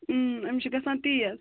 أمِس چھُ گَژھان تیز